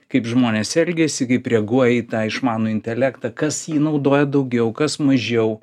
kaip žmonės elgiasi kaip reaguoja į tą išmanų intelektą kas jį naudoja daugiau kas mažiau